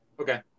Okay